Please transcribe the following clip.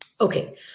Okay